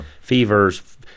fevers